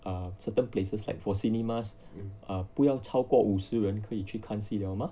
err certain places like for cinemas err 不要超过五十人可以去看戏的